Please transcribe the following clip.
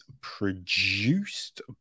produced